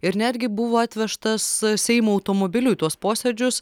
ir netgi buvo atvežtas seimo automobiliu į tuos posėdžius